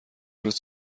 روز